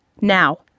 now